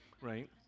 right